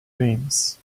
dreams